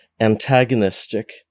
antagonistic